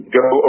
go